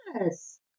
Yes